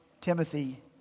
Timothy